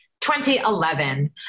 2011